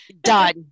done